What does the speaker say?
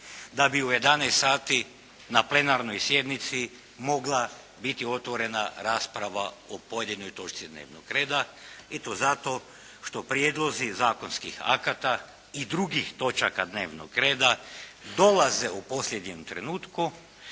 da bi u 11 sati na Plenarnoj sjednici mogla biti otvorena rasprava o pojedinoj točci dnevnog reda i to zato što prijedlozi zakonskih akata i drugih točaka dnevnog reda dolaze u posljednjem trenutku,